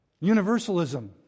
Universalism